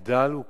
המחדל הוא כפול,